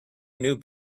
knew